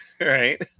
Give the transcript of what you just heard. Right